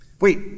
Wait